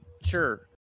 Sure